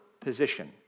position